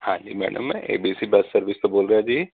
ਹਾਂਜੀ madam A B C bus service ਤੋਂ ਬੋਲ ਰਿਹਾ ਜੀ